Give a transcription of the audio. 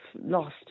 lost